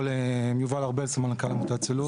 יובל ארבל, סמנכ"ל עמותת צלול.